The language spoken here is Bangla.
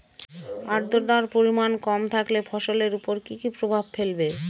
আদ্রর্তার পরিমান কম থাকলে ফসলের উপর কি কি প্রভাব ফেলবে?